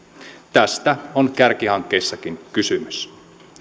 tästä on kärkihankkeissakin kysymys